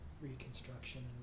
reconstruction